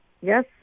Yes